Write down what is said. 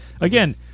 again